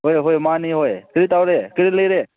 ꯍꯣꯏ ꯍꯣꯏ ꯃꯥꯅꯤ ꯍꯣꯏ ꯀꯔꯤ ꯇꯧꯔꯦ ꯀꯔꯤ ꯂꯩꯔꯦ